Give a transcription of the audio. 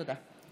תודה.